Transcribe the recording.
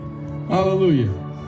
Hallelujah